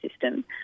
system